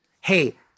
Hey